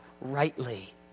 rightly